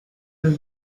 los